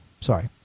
Sorry